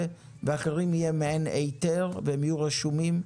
ולאחרים יהיה מעין היתר והם יהיו רשומים.